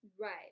right